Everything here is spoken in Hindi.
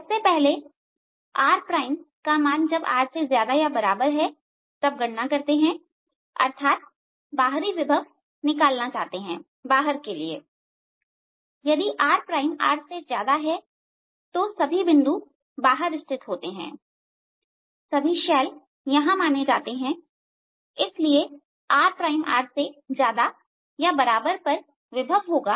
सबसे पहले rrगणना करते हैं अर्थात में बाहरी विभव निकालना चाहता हूं बाहर के लिए यदि r प्राइम r से ज्यादा है तो सभी बिंदु बाहर स्थित होते हैं सभी शैल यहां माने जाते हैं और इसलिए rr पर विभव होगा